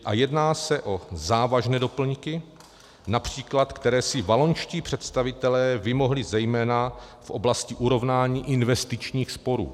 A jedná se o závažné doplňky, např. které si valonští představitelé vymohli zejména v oblasti urovnání investičních sporů.